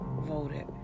voted